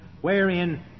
wherein